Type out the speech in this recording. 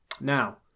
Now